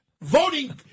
voting